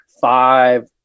five